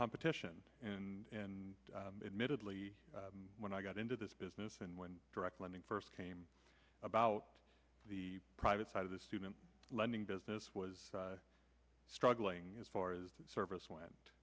competition and admittedly when i got into this business and when direct lending first came about the private side of the student lending business was struggling as far as the service went